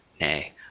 Nay